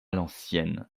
l’ancienne